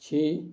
چھی